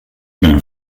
ben